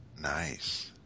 nice